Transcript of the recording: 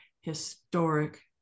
historic